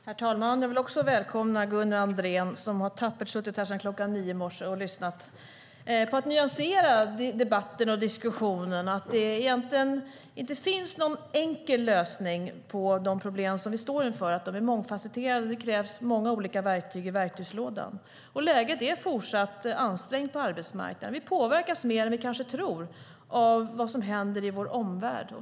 Herr talman! Jag vill också välkomna Gunnar Andrén, som tappert har suttit här sedan kl. 11 i morse och lyssnat. För att nyansera debatten och diskussionen: Det finns egentligen inte någon enkel lösning på de problem som vi står inför. De är mångfasetterade, och det krävs många olika verktyg i verktygslådan. Läget är fortsatt ansträngt på arbetsmarknaden. Vi påverkas mer än vi kanske tror av vad som händer i vår omvärld.